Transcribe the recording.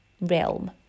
realm